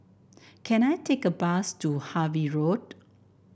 can I take a bus to Harvey Road